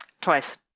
Twice